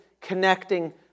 connecting